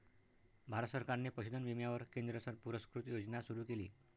भारत सरकारने पशुधन विम्यावर केंद्र पुरस्कृत योजना सुरू केली